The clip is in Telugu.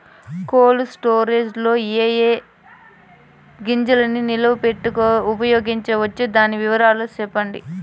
కోల్డ్ స్టోరేజ్ లో ఏ ఏ గింజల్ని నిలువ పెట్టేకి ఉంచవచ్చును? దాని వివరాలు సెప్పండి?